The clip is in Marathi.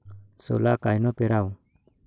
सोला कायनं पेराव?